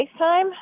FaceTime